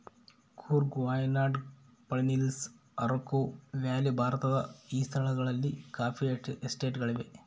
Coorg Wayanad Palani hills Araku valley ಭಾರತದ ಈ ಸ್ಥಳಗಳಲ್ಲಿ ಕಾಫಿ ಎಸ್ಟೇಟ್ ಗಳಿವೆ